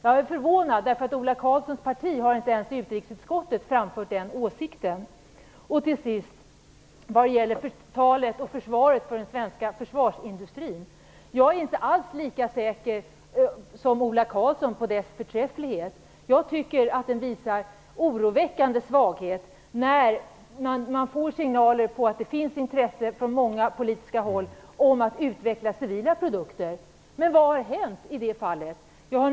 Jag är förvånad, eftersom Ola Karlssons parti inte ens i utrikesutskottet har framfört den åsikten. När det avslutningsvis gäller talet om och försvaret för den svenska försvarsindustrin, är jag inte alls lika säker som Ola Karlsson om denna industris förträfflighet. Jag tycker att den visar oroväckande svaghet. Det kommer signaler från många politiska håll om att det finns intresse för att utveckla civila produkter. Men vad har hänt i det fallet?